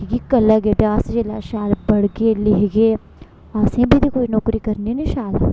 की गी कल्लै गी अगर अस जेल्लै शैल पढ़गे लिखगे असें बी ते कोई नौकरी करनी नी शैल